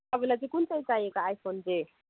तपाईँलाई चाहिँ कुन चाहिँ चाहिएको आइफोन चाहिँ